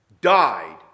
died